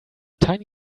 tiny